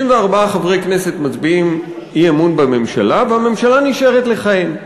64 מצביעים אי-אמון בממשלה, והממשלה נשארת לכהן.